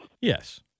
Yes